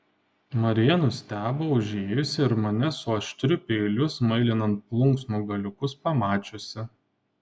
marija nustebo užėjusi ir mane su aštriu peiliu smailinant plunksnų galiukus pamačiusi